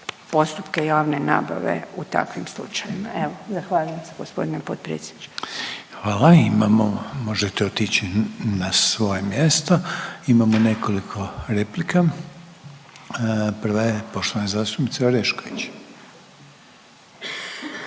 postupke javne nabave u takvim slučajevima. Evo zahvaljujem se g. potpredsjedniče. **Reiner, Željko (HDZ)** Hvala. Imamo, možete otići na svoje mjesto. Imamo nekoliko replika. Prva je poštovane zastupnice Orešković.